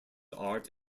art